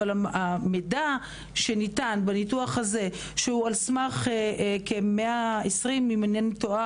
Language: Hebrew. אבל המידע שניתן בניתוח הזה שהוא על סמך כ-120 ילודים,